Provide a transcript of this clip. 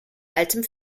altem